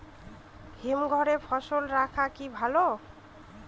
হিমঘরে ফসল রাখা কি ভালো?